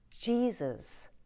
Jesus